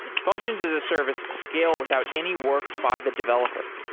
functions as a service scale without any work by the developer.